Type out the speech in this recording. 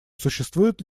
существует